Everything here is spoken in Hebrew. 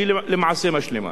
שהיא למעשה משלימה.